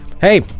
hey